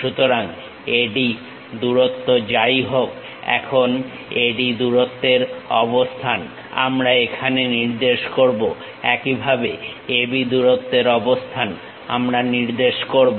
সুতরাং AD দূরত্ব যাই হোক একই AD দূরত্বের অবস্থান আমরা এখানে নির্দেশ করব একইভাবে AB দূরত্বের অবস্থান আমরা নির্দেশ করব